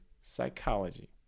psychology